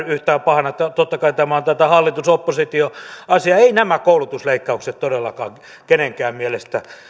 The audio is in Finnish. yhtään pahana totta kai tämä on tätä hallitus oppositio asiaa eivät nämä koulutusleikkaukset todellakaan kenenkään mielestä